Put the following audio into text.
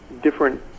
different